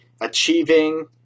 Achieving